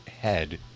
head